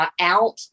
out